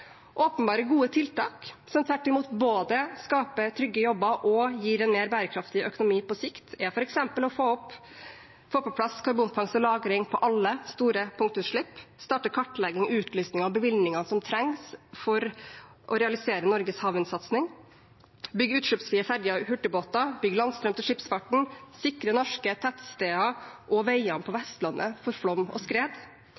Åpenbart gode tiltak, som tvert imot både skaper trygge jobber og gir en mer bærekraftig økonomi på sikt, er f.eks. å få på plass karbonfangst og -lagring for alle store punktutslipp, starte kartlegging, utlysning og bevilgninger som trengs for å realisere Norges havvindsatsing, bygge utslippsfrie ferjer og hurtigbåter, bygge landstrøm til skipsfarten, sikre norske tettsteder og veier på